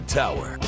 tower